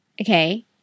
Okay